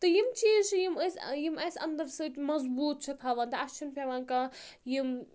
تہٕ یِم چیٖز چھِ یِم أسۍ یِم اَسہِ اَنٛدَر سۭتۍ مضبوٗط چھِ تھاوان تہٕ اَسہِ چھِنہٕ پیٚوان کانٛہہ یِم